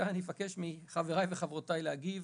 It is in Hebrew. כאן אני אבקש מחבריי וחברותיי להגיב.